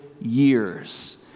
years